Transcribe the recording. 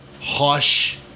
hush